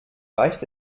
reicht